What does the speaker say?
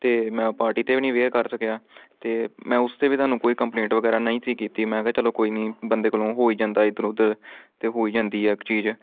ਅਤੇ ਮੈਂ ਉਹ ਪਾਰਟੀ 'ਤੇ ਵੀ ਨਹੀਂ ਵੇਅਰ ਕਰ ਸਕਿਆ ਅਤੇ ਮੈਂ ਉਸ 'ਤੇ ਵੀ ਤੁਹਾਨੂੰ ਕੋਈ ਕੰਪਲੇਂਟ ਵਗੈਰਾ ਨਹੀਂ ਸੀ ਕੀਤੀ ਮੈਂ ਕਿਹਾ ਚਲੋ ਕੋਈ ਨਹੀਂ ਬੰਦੇ ਕੋਲੋਂ ਹੋ ਹੀ ਜਾਂਦਾ ਇੱਧਰ ਉੱਧਰ ਅਤੇ ਹੋ ਜਾਂਦੀ ਹੈ ਇੱਕ ਚੀਜ਼